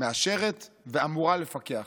מאשרת ואמורה לפקח.